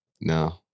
No